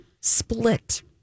split